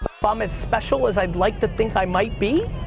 but i'm as special as i like to think i might be,